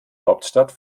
hauptstadt